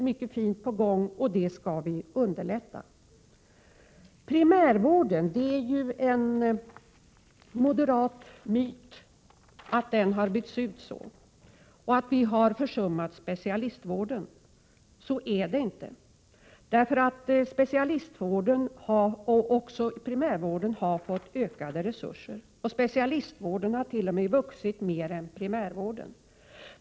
Mycket fint är på gång, och den utvecklingen skall vi underlätta. Det är en moderat myt att primärvården har byggts ut så att specialistvården har försummats. Så är det inte. Både specialistvården och primärvården har fått ökade resurser. Specialistvården har t.o.m. vuxit mer än primärvården.